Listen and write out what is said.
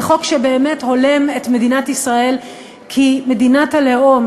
חוק שבאמת הולם את מדינת ישראל כמדינת הלאום